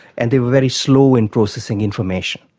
and they were very slow in processing information.